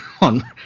on